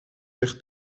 zich